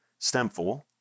Stemful